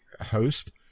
host